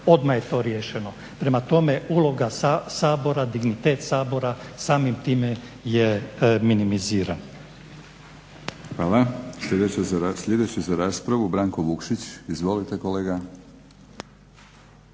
odmah je to riješeno. Prema tome, uloga Sabora, dignitet Sabora samim time je minimiziran. **Batinić, Milorad (HNS)** Hvala. Sljedeći za raspravu Branko Vukšić. Izvolite.